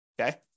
Okay